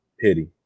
Pity